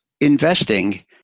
Investing